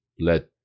let